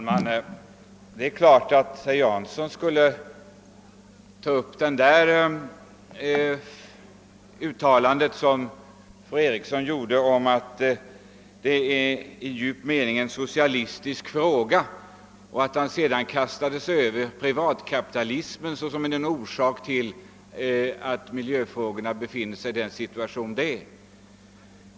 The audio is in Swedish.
Herr talman! Det är klart att herr Jansson skulle ta upp fru Erikssons i Stockholm uttalande att detta i djup mening är en socialistisk fråga och kasta sig över privatkapitalismen såsom en orsak till våra miljöproblem.